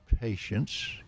patience